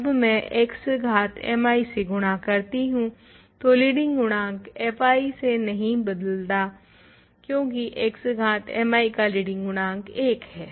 तो जब मैं x घात mi से गुणा करती हूँ तो लीडिंग गुणांक fi से नहीं बदलता है क्यूंकी x घात mi का लीडिंग गुणांक 1 है